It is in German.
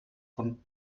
von